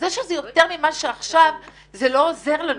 זה שזה יותר ממה שעכשיו זה לא עוזר לנו.